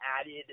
added